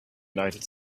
united